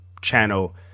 channel